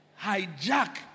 Hijack